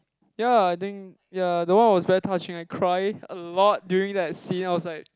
ya I think ya that one was very touching I cry a lot during that scene I was like